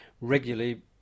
regularly